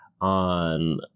on